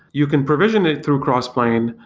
you can provision it through crossplane,